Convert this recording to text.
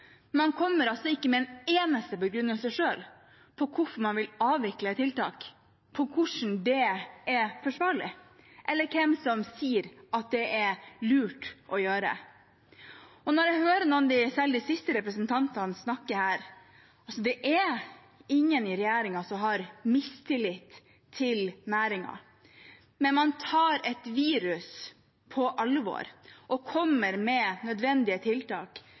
eneste begrunnelse selv for hvorfor man vil avvikle tiltak, for hvordan det er forsvarlig, eller hvem som sier at det er lurt å gjøre det. Når jeg hører særlig noen av de siste representantene snakke her, vil jeg si at det er ingen i regjeringen som har mistillit til næringen, men man tar et virus på alvor og kommer med nødvendige tiltak.